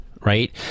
Right